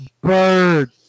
Bird